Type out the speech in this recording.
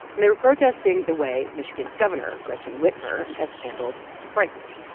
and they were protesting the way michigan's governor, gretchen whitmer, has handled the crisis.